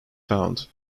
found